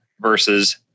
versus